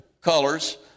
colors